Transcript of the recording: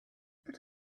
but